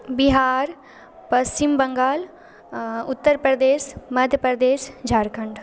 Bihar Paschim Bangal Uttar Pradesh Madhya Pradesh Jharkhand